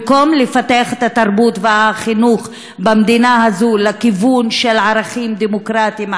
במקום לפתח את התרבות והחינוך במדינה הזאת לכיוון של ערכים דמוקרטיים,